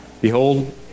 Behold